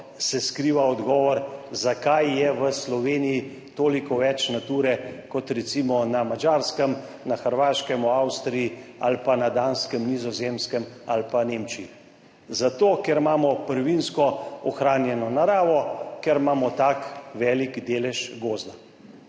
se skriva odgovor, zakaj je v Sloveniji toliko več nature kot recimo na Madžarskem, na Hrvaškem, v Avstriji ali pa na Danskem, Nizozemskem ali pa Nemčiji. Zato ker imamo prvinsko ohranjeno naravo, ker imamo tak velik delež gozda.